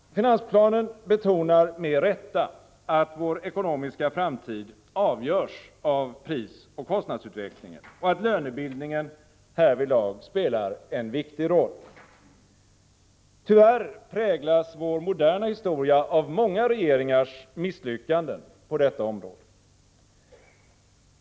Finansplanen betonar med rätta att vår ekonomiska framtid avgörs av prisoch kostnadsutvecklingen och att lönebildningen härvidlag spelar en viktig roll. Tyvärr präglas vår moderna historia av många regeringars misslyckanden på detta område.